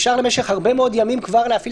אפשר במשך הרבה מאוד ימים כבר להפעיל